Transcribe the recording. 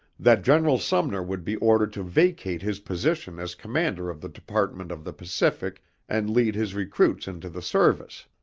that general sumner would be ordered to vacate his position as commander of the department of the pacific and lead his recruits into the service.